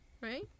Right